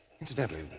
Incidentally